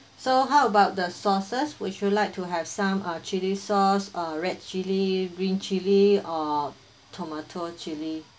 so how about the sauces would you like to have some uh chili sauce uh red chilly green chili or tomato chili